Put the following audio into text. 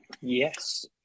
Yes